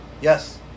Yes